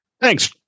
thanks